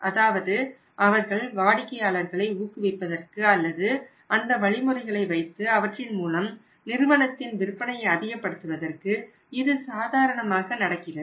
அதாவது அவர்கள் வாடிக்கையாளர்களை ஊக்குவிப்பதற்கு அல்லது அந்த வழிமுறைகளை வைத்து அவற்றின்மூலம் நிறுவனத்தின் விற்பனையை அதிகப்படுத்துவதற்கு இது சாதாரணமாக நடக்கிறது